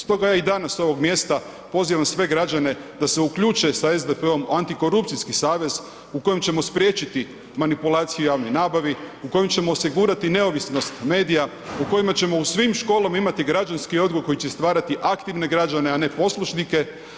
Stoga ja i danas s ovog mjesta pozivam sve građane da se uključe sa SDP-om u antikorupcijski savez u kojem ćemo spriječiti manipulaciju u javnoj nabavi, u kojem ćemo osigurati neovisnost medija, u kojima ćemo u svim školama imati građanski odgoj koji će stvarati aktivne građane, a ne poslušnike.